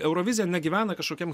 eurovizija negyvena kažkokiam